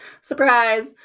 Surprise